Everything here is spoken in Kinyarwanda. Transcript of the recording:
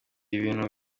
ibintu